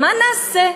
מה נעשה?